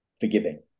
forgiving